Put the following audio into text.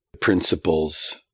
Principles